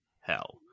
hell